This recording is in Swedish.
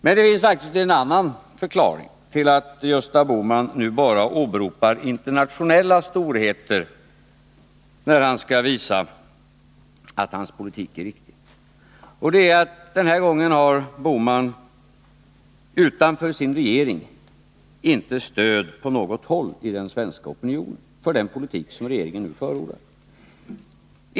Men det finns faktiskt en annan förklaring till att Gösta Bohman nu bara åberopar internationella storheter när han skall visa att hans politik är riktig. Den här gången har Gösta Bohman utanför sin regering inte stöd på något hålli den svenska opinionen för den politik som regeringen förordar.